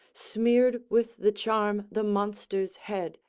smeared with the charm the monster's head,